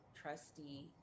trustee